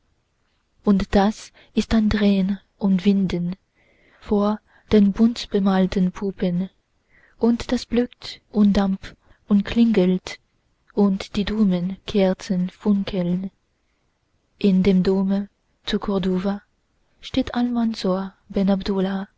und das ist ein drehn und winden vor den buntbemalten puppen und das blökt und dampft und klingelt und die dummen kerzen funkeln in dem dome zu corduva steht almansor